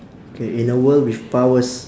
K in a world with powers